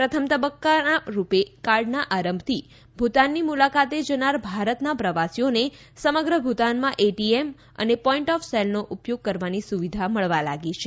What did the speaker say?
પ્રથમ તબક્કાના રૂપે કાર્ડના આરંભથી ભુતાનની મુલાકાતે જનાર ભારતના પ્રવાસીઓને સમગ્ર ભુતાનમાં એટીએમ અને પોઈન્ટ ઓફ સેલનો ઉપયોગ કરવાની સુવિધા મળવા લાગી છે